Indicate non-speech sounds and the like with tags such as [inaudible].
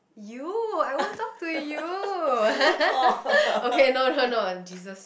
you I want talk to you [laughs] okay no no no Jesus